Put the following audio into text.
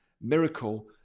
miracle